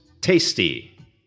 tasty